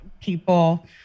people